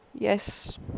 Yes